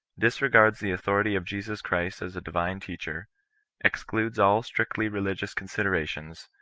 disre gards the authority of jesus christ as a divine teacher excludes all strictly religious considerations,